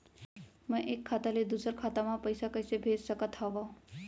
मैं एक खाता ले दूसर खाता मा पइसा कइसे भेज सकत हओं?